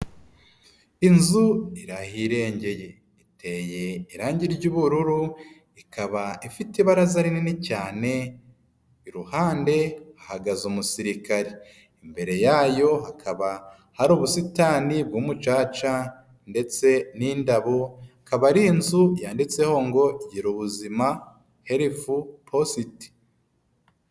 Inzu iri ahirengeye, iteye irangi ry'ubururu, ikaba ifite ibaraza rinini cyane, iruhande hahagaze umusirikare. Imbere yayo, hakaba hari ubusitani bw'umucaca ndetse n'indabo, akaba ari inzu yanditseho ngo gira ubuzima herifu posite.